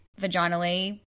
vaginally